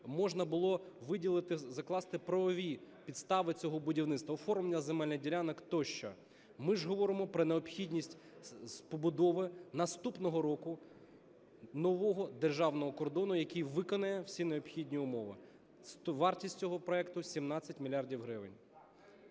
виділити, закласти правові підстави цього будівництва: оформлення земельних ділянок тощо. Ми ж говоримо про необхідність побудови наступного року нового державного кордону, який виконає всі необхідні умови. Вартість цього проекту - 17 мільярдів